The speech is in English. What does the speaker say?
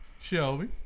Shelby